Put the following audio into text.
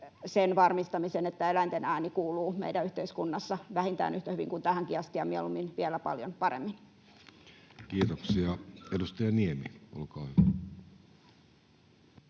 sen varmistamisen, että eläinten ääni kuuluu meidän yhteiskunnassa vähintään yhtä hyvin kuin tähänkin asti ja mieluummin vielä paljon paremmin. [Speech 69] Speaker: Jussi Halla-aho